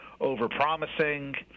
overpromising